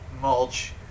mulch